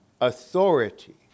Authority